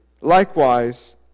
likewise